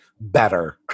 better